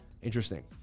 Interesting